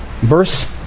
verse